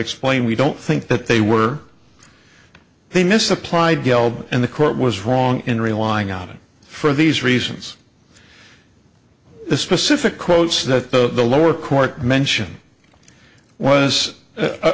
explained we don't think that they were they misapplied geld and the court was wrong in relying on it for these reasons the specific quotes that the lower court mention was